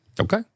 Okay